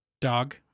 Dog